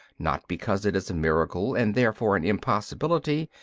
not because it is a miracle, and therefore an impossibility,